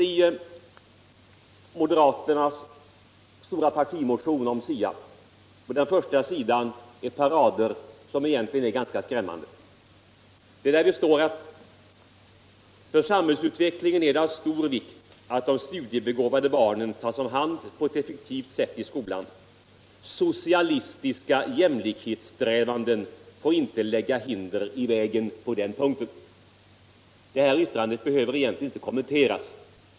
I moderaternas stora partimotion om SIA finns på första sidan ett par rader, som egentligen är ganska skrämmande. Där står: ”För samhällets utveckling är det av stor vikt att de studiebegåvade barnen tas om hand på ett effektivt sätt i skolan. Socialistiska jämlikhetssträvanden får inte lägga hinder i vägen på den punkten.” Detta yttrande behöver egentligen inte kommenteras.